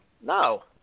No